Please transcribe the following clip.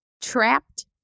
trapped